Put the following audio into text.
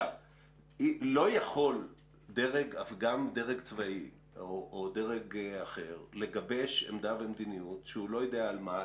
לא יכול דרג צבאי או דרג אחר לגבש עמדה ומדיניות כשהוא לא יודע על מה,